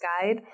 Guide